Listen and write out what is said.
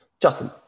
Justin